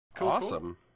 Awesome